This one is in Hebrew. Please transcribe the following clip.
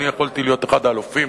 אני יכולתי להיות אחד האלופים.